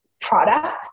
product